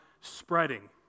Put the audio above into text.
spreading